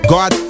God